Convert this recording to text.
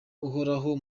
uhoraho